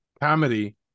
comedy